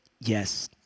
yes